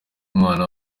umwana